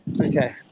Okay